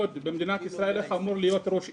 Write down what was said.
ואני מקווה מאוד שכפי שיש הסכמה